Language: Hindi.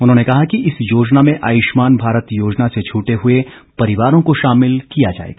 उन्होंने कहा कि इस योजना में आयुष्मान भारत योजना से छुटे हुए परिवारों को शामिल किया जाएगा